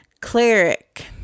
cleric